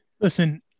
Listen